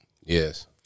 Yes